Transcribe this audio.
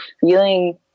feeling